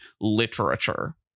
literature